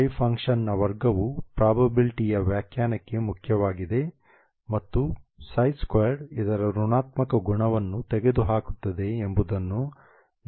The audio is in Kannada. ವೇವ್ ಫಂಕ್ಷನ್ನ ವರ್ಗವು ಪ್ರಾಬಬಿಲಿಟಿಯ ವ್ಯಾಖ್ಯಾನಕ್ಕೆ ಮುಖ್ಯವಾಗಿದೆ ಮತ್ತು ψ2 ಇದರ ಋಣಾತ್ಮಕ ಗುಣವನ್ನು ತೆಗೆದುಹಾಕುತ್ತದೆ ಎಂಬುದನ್ನು ನೀವು ನೋಡಬಹುದು